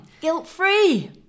Guilt-free